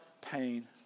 pain